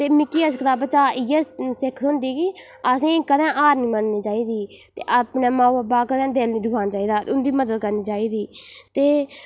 ते मिगी इस कताबा चा इ'यै सिक्ख थ्होंदी कि असेंगी कदें हार नि मनन्नी चाहिदी ते अपने माऊ बब्बै दा कदें दिल नि दुखाना चाहिदा उं'दी मदद करनी चाहिदी ते